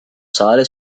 sale